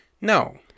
No